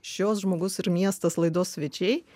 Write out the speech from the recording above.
šios žmogus ir miestas laidos svečiai